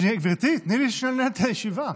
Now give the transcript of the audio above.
גברתי, תני לי לנהל את הישיבה.